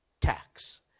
tax